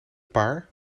paar